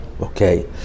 okay